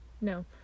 No